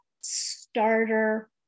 starter